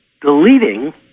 deleting